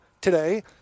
Today